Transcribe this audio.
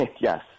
Yes